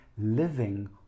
Living